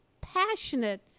passionate